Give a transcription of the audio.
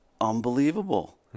unbelievable